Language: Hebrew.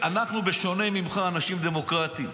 אנחנו, בשונה ממך, אנשים דמוקרטיים.